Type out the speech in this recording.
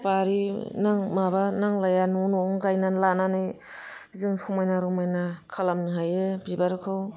बारि नां माबा नांलाया न ' न'यावनो गाइनानै लानानै जों समायना रमायना खालामनो हायो बिबारखौ